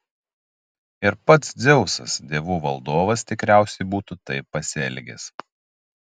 ir pats dzeusas dievų valdovas tikriausiai būtų taip pasielgęs